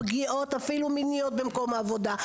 של פגיעות מיניות במקום העבודה,